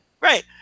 Right